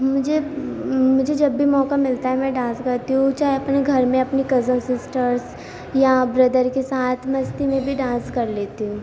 مجھے مجھے جب بھی موقع ملتا ہے میں ڈانس کرتی ہوں چاہے اپنے گھر میں اپنی کزن سسٹرس یا بردر کے ساتھ مستی میں بھی ڈانس کر لیتی ہوں